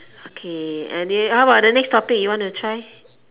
okay any how about the next topic you want to try